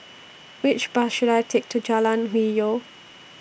Which Bus should I Take to Jalan Hwi Yoh